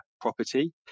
property